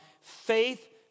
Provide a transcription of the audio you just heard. Faith